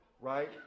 right